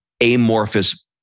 amorphous